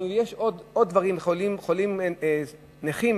יש עוד דברים: חולים נכים